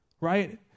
right